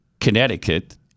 Connecticut